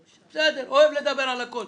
בסדר, אוהב לדבר על הכול.